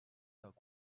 dog